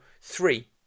three